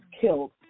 killed